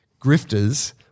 grifters